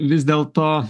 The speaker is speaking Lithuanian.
vis dėl to